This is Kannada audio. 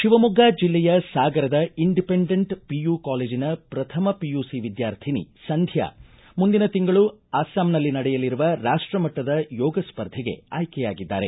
ಶಿವಮೊಗ್ಗ ಜಿಲ್ಲೆಯ ಸಾಗರದ ಇಂಡಿಪೆಂಡೆಂಟ್ ಪಿಯು ಕಾಲೇಜಿನ ಪ್ರಥಮ ಪಿಯುಸಿ ವಿದ್ಯಾರ್ಥಿನಿ ಸಂಧ್ಯಾ ಮುಂದಿನ ತಿಂಗಳು ಅಸ್ಸಾಂನಲ್ಲಿ ನಡೆಯಲಿರುವ ರಾಷ್ಟ ಮಟ್ಟದ ಯೋಗ ಸ್ಪರ್ಧೆಗೆ ಆಯ್ಕೆಯಾಗಿದ್ದಾರೆ